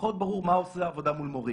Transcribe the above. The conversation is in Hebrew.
פחות ברור מה עושה עבודה מול מורים.